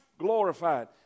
glorified